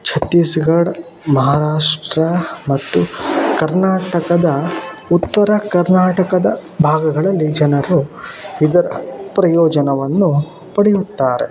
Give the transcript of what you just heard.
ಛತ್ತೀಸ್ಗಡ್ ಮಹಾರಾಷ್ಟ್ರ ಮತ್ತು ಕರ್ನಾಟಕದ ಉತ್ತರ ಕರ್ನಾಟಕದ ಭಾಗಗಳಲ್ಲಿ ಜನರು ಇದರ ಪ್ರಯೋಜನವನ್ನು ಪಡೆಯುತ್ತಾರೆ